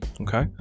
Okay